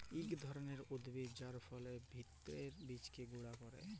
ইক ধরলের উদ্ভিদ যার ফলের ভিত্রের বীজকে গুঁড়া ক্যরে